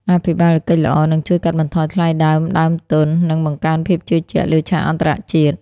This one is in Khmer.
អភិបាលកិច្ចល្អនឹងជួយកាត់បន្ថយថ្លៃដើមដើមទុន និងបង្កើនភាពជឿជាក់លើឆាកអន្តរជាតិ។